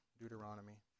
Deuteronomy